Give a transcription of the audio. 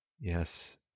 yes